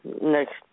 next